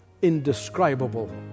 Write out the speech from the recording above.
indescribable